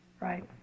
right